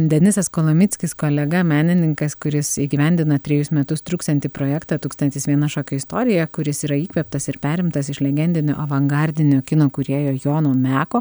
denisas konomickis kolega menininkas kuris įgyvendina trejus metus truksiantį projektą tūkstantis viena šokio istorija kuris yra įkvėptas ir perimtas iš legendinio avangardinio kino kūrėjo jono meko